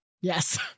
Yes